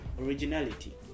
Originality